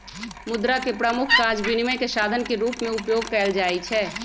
मुद्रा के प्रमुख काज विनिमय के साधन के रूप में उपयोग कयल जाइ छै